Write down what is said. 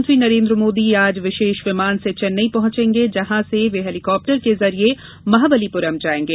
प्रधानमंत्री नरेन्द्र मोदी आज विशेष विमान से चेन्नई पहुंचेंगे जहां से वे हैलीकॉप्टर के जरिए महाबलीपुरम जाएंगे